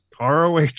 ROH